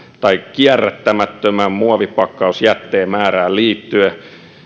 tai kierrättämättömän muovipakkausjätteen määrään liittyen